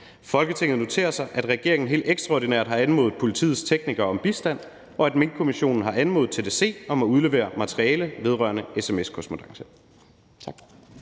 Folketinget noterer sig, at regeringen helt ekstraordinært har anmodet politiets teknikere om bistand, og at Minkkommissionen har anmodet TDC om at udlevere materiale vedrørende sms-korrespondance.«